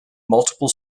multiple